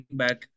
back